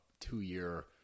two-year